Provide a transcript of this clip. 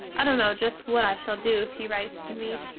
i dunno just what i shall do if he rites to me.